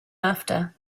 after